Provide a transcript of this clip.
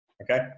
Okay